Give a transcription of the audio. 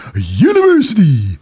University